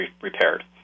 repaired